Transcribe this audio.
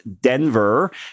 Denver